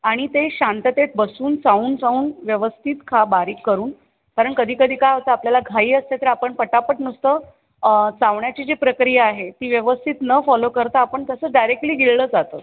आणि ते शांततेत बसून चावून चावून व्यवस्थित खा बारीक करून कारण कधीकधी काय होतं आपल्याला घाई असते तर आपण पटापट नुसतं चावण्याची जी प्रक्रिया आहे ती व्यवस्थित न फॉलो करता आपण तसं डायरेक्टली गिळलं जातं